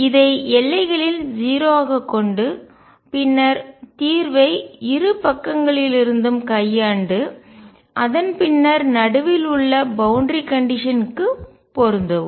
இதை எல்லைகளில் 0 ஆகக் கொண்டு பின்னர் தீர்வை இரு பக்கங்களிலிருந்தும் கையாண்டு அதன் பின்னர் நடுவில் உள்ள பவுண்டரி கண்டிஷன் எல்லை நிபந்தனை க்கு பொருந்தவும்